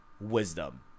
wisdom